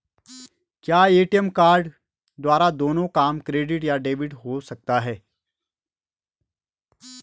क्या ATM card द्वारा दोनों काम क्रेडिट या डेबिट हो सकता है?